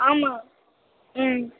ஆமாம் ம்